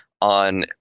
on